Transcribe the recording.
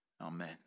Amen